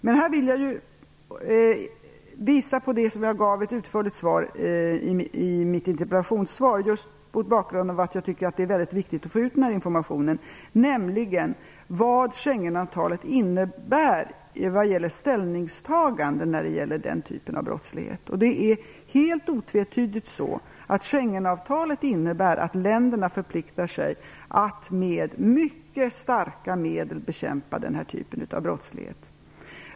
Mot bakgrund av att jag tycker att det är väldigt viktigt att få ut den här informationen behandlade jag väldigt utförligt i mitt svar vad Scengenavtalet innebär när det gäller ställningstagande mot den typen av brottslighet. Helt otvetydigt innebär Schengenavtalet att länderna förpliktar sig att med mycket starka medel bekämpa narkotikabrottslighet.